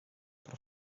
per